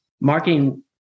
marketing